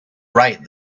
right